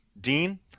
Dean